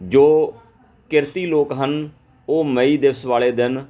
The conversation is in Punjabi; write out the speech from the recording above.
ਜੋ ਕਿਰਤੀ ਲੋਕ ਹਨ ਉਹ ਮਈ ਦਿਵਸ ਵਾਲੇ ਦਿਨ